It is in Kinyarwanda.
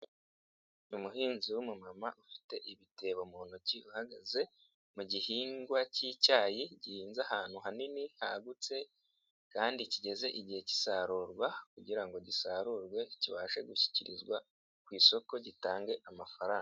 Umuhinzi w'umumama ufite ibitebo mu ntoki uhagaze mu gihingwa k'icyayi, gihinze ahantu hanini hagutse kandi kigeze igihe k'isarurwa kugira ngo gisarurwe kibashe gushyikirizwa ku isoko gitange amafaranga.